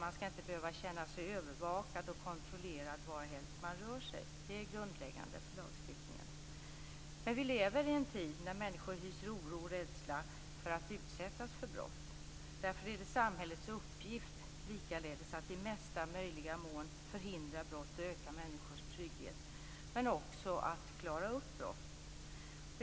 Man skall inte behöva känna sig övervakad och kontrollerad var helst man rör sig. Det är grundläggande för lagstiftningen. Men vi lever i en tid när människor hyser oro och rädsla för att utsättas för brott. Därför är det likaledes samhällets uppgift att i mesta möjliga mån förhindra brott och öka människors trygghet, men också att klara upp brott.